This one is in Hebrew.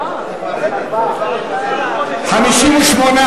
לסעיף 4 לא נתקבלה.